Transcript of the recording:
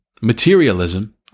materialism